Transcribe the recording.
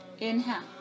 Inhale